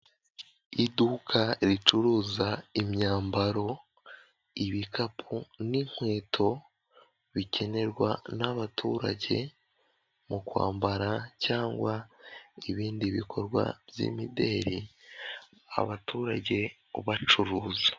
Iduka ricuruza imyambaro, ibikapu, n'inkweto, bikenerwa n'abaturage mu kwambara cyangwa ibindi bikorwa by'imideli, abaturage ubacuruza.